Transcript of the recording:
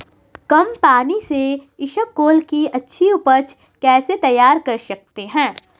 कम पानी से इसबगोल की अच्छी ऊपज कैसे तैयार कर सकते हैं?